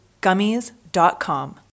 gummies.com